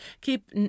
Keep